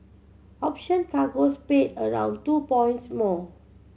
option cargoes paid around two points more